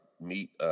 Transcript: meet